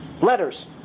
letters